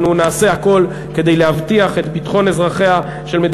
אנחנו נעשה הכול כדי להבטיח את ביטחון אזרחיה